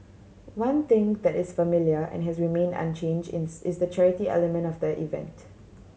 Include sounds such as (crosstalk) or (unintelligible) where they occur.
one thing that is familiar and has remained unchanged in (unintelligible) is the charity element of the event